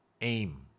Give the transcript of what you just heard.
aim